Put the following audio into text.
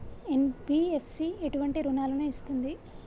NBFC ఎటువంటి రుణాలను ఇస్తుంది?